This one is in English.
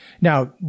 Now